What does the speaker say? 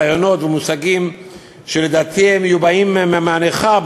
רעיונות ומושגים שלדעתי מיובאים מהנכר,